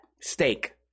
steak